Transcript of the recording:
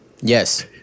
Yes